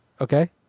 Okay